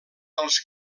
dels